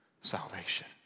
salvation